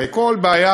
הרי כל בעיה,